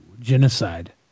Genocide